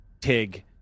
Tig